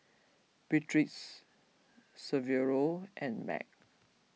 Beatriz Severo and Meg